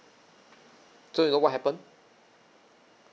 so you know what happened